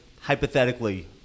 hypothetically